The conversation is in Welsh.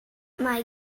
mae